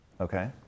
Okay